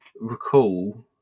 recall